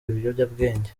ibiyobyabwenge